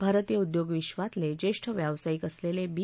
भारतीय उद्योग विश्वातले जेष्ठ व्यावसायिक असलेले बी